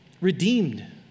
redeemed